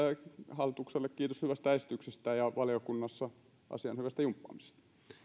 hallitukselle kiitos hyvästä esityksestä ja valiokunnassa asian hyvästä jumppaamisesta